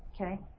okay